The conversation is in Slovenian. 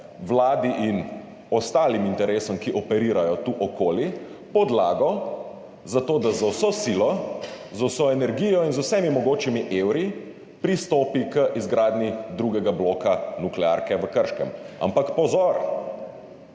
vladi in ostalim interesom, ki operirajo tu okoli, podlago za to, da z vso silo, z vso energijo in z vsemi mogočimi evri pristopi k izgradnji drugega bloka nuklearke v Krškem. Ampak pozor,